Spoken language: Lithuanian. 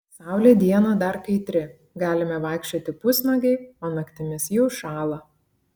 saulė dieną dar kaitri galime vaikščioti pusnuogiai o naktimis jau šąla